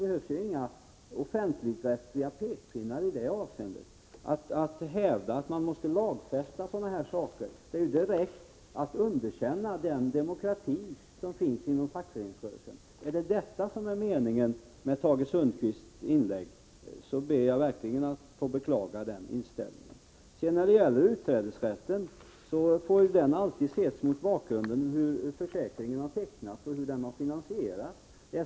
Det behövs inga offentligrättsliga pekpinnar i det avseendet. Att hävda att man måste lagstifta om sådana saker innebär att man underkänner den demokrati som finns inom fackföreningsrörelsen. Är det detta som är meningen med Tage Sundkvists inlägg ber jag verkligen att få beklaga den inställningen. Utträdesrätten får alltid ses mot bakgrund av hur försäkringen tecknats och mot bakgrund av finansieringen.